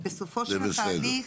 בסופו של תהליך,